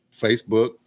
Facebook